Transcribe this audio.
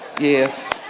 Yes